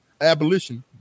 abolition